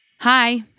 Hi